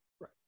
Right